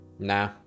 Nah